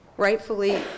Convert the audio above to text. rightfully